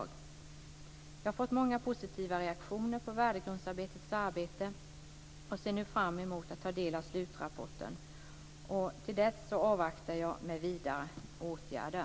Jag har fått många positiva reaktioner på Värdegrundsprojektets arbete och ser nu fram emot att ta del av slutrapporten. Till dess avvaktar jag med vidare åtgärder.